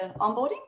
Onboarding